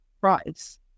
price